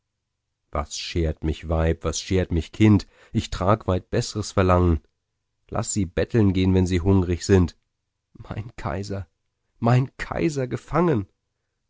was schert mich weib was schert mich kind ich trage weit beßres verlangen laß sie betteln gehn wenn sie hungrig sind mein kaiser mein kaiser gefangen